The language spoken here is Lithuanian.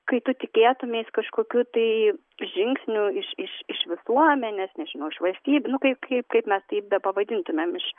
kai tu tikėtumeis kažkokių tai žingsnių iš iš iš visuomenės nežinau iš valstyb nu kaip kaip mes tai bepavadintumėm iš